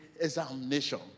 examination